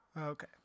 Okay